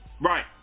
Right